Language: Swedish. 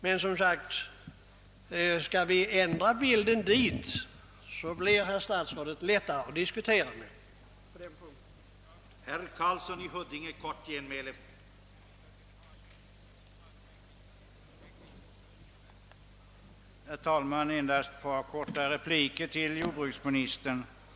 Men som sagt: Skall vi ändra bilden dithän, så blir det lättare att diskutera med herr statsrådet på denna punkt.